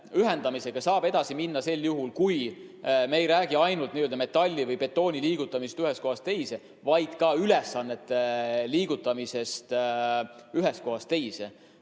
ühendamisega saab edasi minna sel juhul, kui me ei räägi ainult n‑ö metalli või betooni liigutamisest ühest kohast teise, vaid ka ülesannete liigutamisest ühest kohast teise.